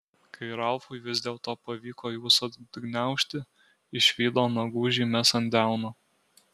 kai ralfui vis dėlto pavyko juos atgniaužti išvydo nagų žymes ant delno